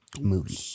movie